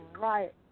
right